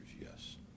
yes